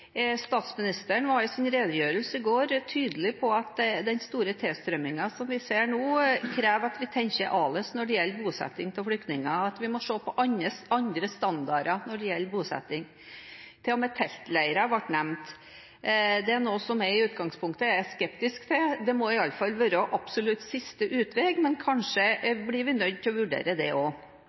Statsministeren var i sin redegjørelse i går tydelig på at den store tilstrømmingen som vi ser nå, krever at vi tenker annerledes når det gjelder bosetting av flyktninger, og at vi må se på andre standarder når det gjelder bosetting – til og med teltleirer ble nevnt. Det er noe som jeg i utgangspunktet er skeptisk til. Det må iallfall være absolutt siste utvei, men kanskje blir vi nødt til å vurdere det